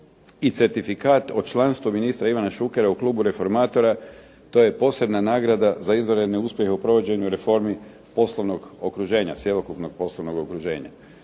i certifikat o članstvu ministra Ivana Šukera u klubu refomatora to je posebna nagrada za izvanredne uspjehe u provođenju reformi poslovnog okruženja, cjelokupnog poslovnog okruženja.